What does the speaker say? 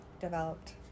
developed